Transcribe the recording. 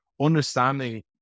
understanding